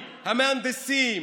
המהנדסים,